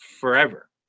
forever